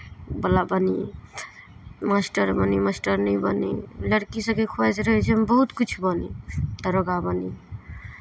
बला बनी मास्टर बनी मास्टरनी बनी लड़की सभके खुआइश रहै छै हम बहुत किछु बनी दरोगा बनी